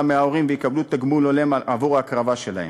מההורים ויקבלו תגמול הולם עבור ההקרבה שלהם,